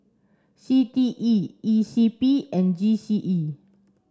C T E E C P and G C E